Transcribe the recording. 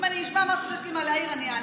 אם אני אשמע משהו שיש לי מה להעיר עליו, אני אעיר.